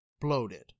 bloated